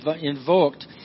invoked